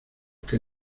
que